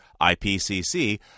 IPCC